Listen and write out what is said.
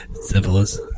syphilis